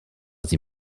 sie